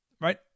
Right